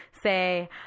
say